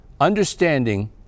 Understanding